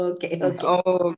Okay